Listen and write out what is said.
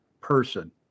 person